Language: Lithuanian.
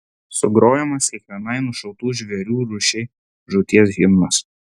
sugrojamas kiekvienai nušautų žvėrių rūšiai žūties himnas